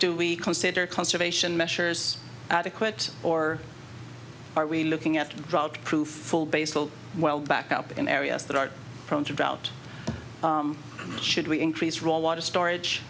do we consider conservation measures adequate or are we looking at crew full basal back up in areas that are prone to drought should we increase role water storage